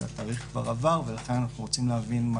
התאריך עבר, ואנו רוצים להבין מה